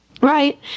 Right